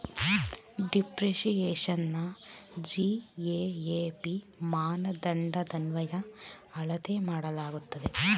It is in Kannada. ಡಿಪ್ರಿಸಿಯೇಶನ್ನ ಜಿ.ಎ.ಎ.ಪಿ ಮಾನದಂಡದನ್ವಯ ಅಳತೆ ಮಾಡಲಾಗುತ್ತದೆ